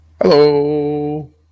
Hello